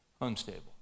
unstable